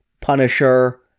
Punisher